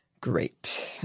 great